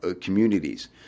communities